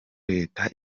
leta